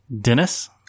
Dennis